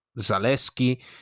Zaleski